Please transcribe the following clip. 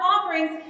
offerings